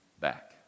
back